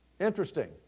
Interesting